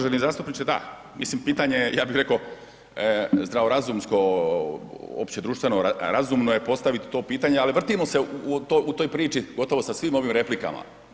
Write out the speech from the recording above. Uvaženi zastupniče da, mislim pitanje je ja bih rekao zdravorazumsko općedruštveno, razumno je postaviti to pitanje ali vrtimo se u toj priči gotovo sa svim ovim replikama.